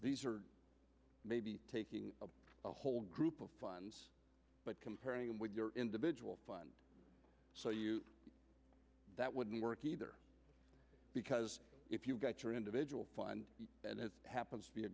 these are maybe taking the whole group of funds but comparing them with your individual so you that wouldn't work either because if you've got your individual fun and it happens to be a